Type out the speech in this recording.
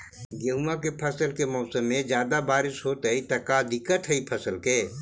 गेहुआ के फसल के मौसम में ज्यादा बारिश होतई त का दिक्कत हैं फसल के?